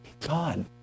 God